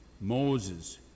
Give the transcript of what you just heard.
Moses